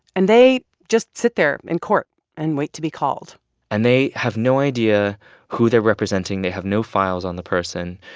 and they just sit there in court and wait to be called and they have no idea who they're representing. they have no files on the person.